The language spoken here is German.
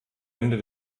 ende